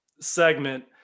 segment